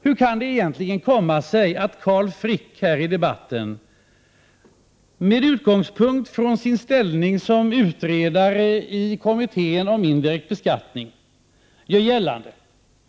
Hur kan det egentligen komma sig att Carl Frick här i debatten, med utgångspunkt i sin ställning som utredare i kommittén om indirekt beskattning, gör gällande att 119 Prot.